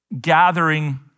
gathering